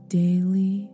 daily